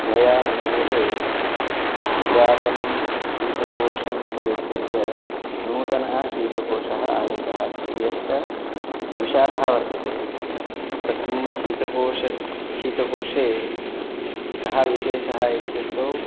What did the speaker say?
मया मम गृहे पुरातनं शीतकोशं परित्यज्य नूतनः शीतकोशः आनीतः अस्ति यश्च विशालः वर्तते तस्मिन् शीतकोशस् शीतकोशे कः विशेषः इत्युक्तौ